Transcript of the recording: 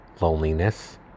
loneliness